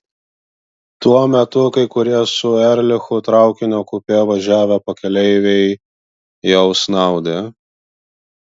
tuo metu kai kurie su erlichu traukinio kupė važiavę pakeleiviai jau snaudė